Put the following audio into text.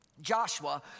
Joshua